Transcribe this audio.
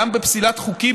גם בפסילת חוקים,